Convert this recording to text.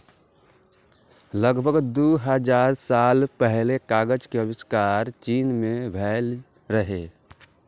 लगभग दू हजार साल पहिने कागज के आविष्कार चीन मे भेल रहै